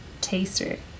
taster